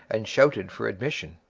and shouted for admission.